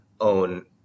own